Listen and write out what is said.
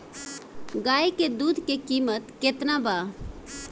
गाय के दूध के कीमत केतना बा?